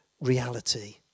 reality